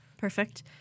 Perfect